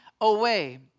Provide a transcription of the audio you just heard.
away